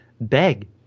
beg